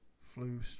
flu